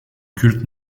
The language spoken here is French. culte